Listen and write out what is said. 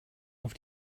auf